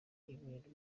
ibintu